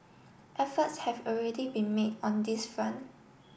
efforts have already been made on this front